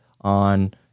on